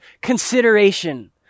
consideration